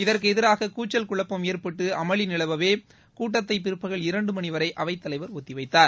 இதற்கு எதிராக கூச்சல் குழப்பம் ஏற்பட்டு அமளி நிலவவே கூட்டத்தை பிற்பகல் இரண்டு மணிவரை அவைத்தலைவர் ஒத்திவைத்தார்